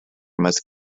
must